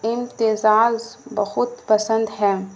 امتزاز بہت پسند ہے